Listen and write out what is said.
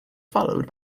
followed